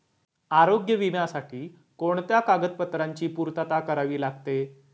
आरोग्य विम्यासाठी कोणत्या कागदपत्रांची पूर्तता करावी लागते?